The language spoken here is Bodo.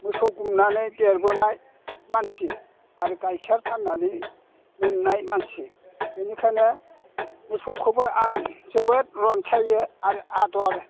मोसौ गुमनानै देरबोनाय मानसि आरो गाइखेर फाननानै मोननाय मानसि बेनिखायनो मोसौखौबो आं जोबोद रनसायो आरो आदर